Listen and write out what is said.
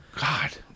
God